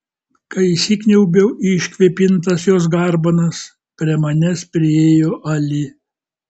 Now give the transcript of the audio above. kai įsikniaubiau į iškvėpintas jos garbanas prie manęs priėjo ali